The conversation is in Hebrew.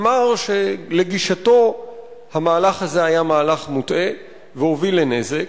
אמר שלגישתו המהלך הזה היה מהלך מוטעה והוביל לנזק,